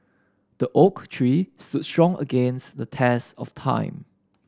the oak tree stood strong against the test of time